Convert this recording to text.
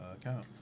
account